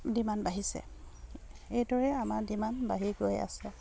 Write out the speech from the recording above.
demand বাঢ়িছে এইদৰে আমাৰ ডিমাণ্ড বাঢ়ি গৈ আছে